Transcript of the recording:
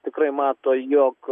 tikrai mato jog